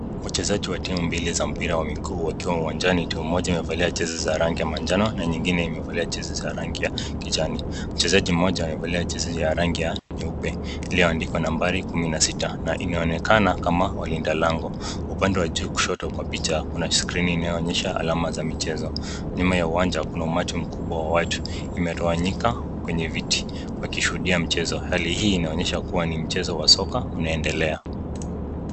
Wachezaji wa timu mbili za mpira wa miguu wakiwa uwanjani. Timu moja imevalia jezi za rangi ya manjano na nyingine imevalia jezi za rangi ya kijani. Mchezaji mmoja amevalia jezi ya rangi ya nyeupe iliyoandikwa nambari kumi na sita na inaonekana kama walinda lango. Upande wa juu kushoto kwa picha kuna skrini inayoonyesha alama za michezo. Nyuma ya uwanja kuna umati mkubwa wa watu imetawanyika kwenye viti wakishuhudia mchezo. Hali hii inaonyesha kuwa ni mchezo wa soka unaendelea.